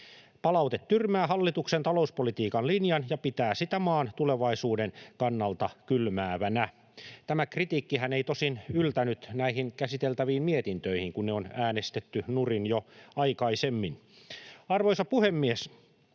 Palaute tyrmää hallituksen talouspolitiikan linjan ja pitää sitä maan tulevaisuuden kannalta kylmäävänä. Tämä kritiikkihän ei tosin yltänyt näihin käsiteltäviin mietintöihin, kun se on äänestetty nurin jo aikaisemmin. Arvoisa puhemies!